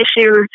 issues